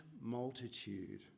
multitude